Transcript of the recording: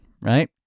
right